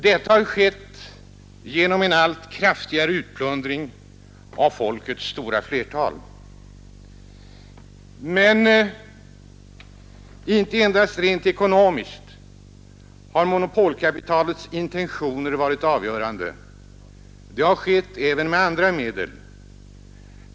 Detta har skett genom en allt kraftigare utplundring av folkets stora flertal. Men inte endast rent ekonomiskt har monopolkapitalets intentioner varit avgörande. Det har skett även med andra medel.